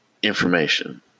Information